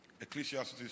Ecclesiastes